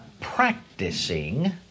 practicing